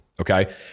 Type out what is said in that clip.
Okay